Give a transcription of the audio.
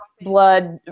blood